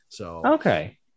Okay